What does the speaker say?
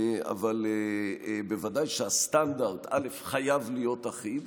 אבל בוודאי שהסטנדרט חייב להיות אחיד.